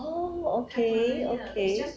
oh okay okay